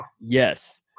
Yes